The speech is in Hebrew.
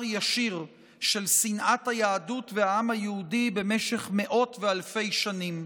ישיר של שנאת היהדות והעם היהודי במשך מאות ואלפי שנים.